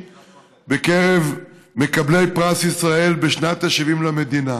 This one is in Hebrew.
בקרב מקבלי פרס ישראל בשנת ה-70 למדינה.